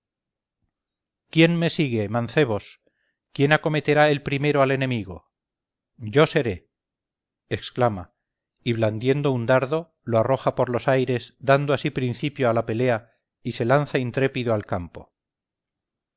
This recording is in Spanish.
quién me sigue mancebos quién acometerá el primero al enemigo yo seré exclama y blandiendo un dardo lo arroja por los aires dando así principio a la pelea y se lanza intrépido al campo